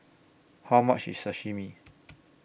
How much IS Sashimi